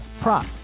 prop